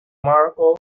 marco